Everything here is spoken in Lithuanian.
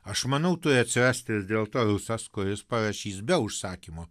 aš manau turi atsirasti vis dėlto rusas kuris parašys be užsakymo